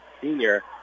senior